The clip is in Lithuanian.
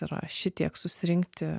yra šitiek susirinkti